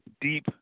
deep